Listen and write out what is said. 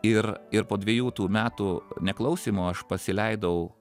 ir ir po dviejų tų metų neklausymo aš pasileidau